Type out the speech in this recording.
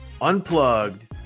unplugged